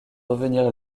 revenir